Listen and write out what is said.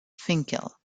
finkel